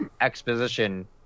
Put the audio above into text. exposition